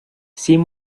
sin